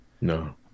no